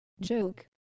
Joke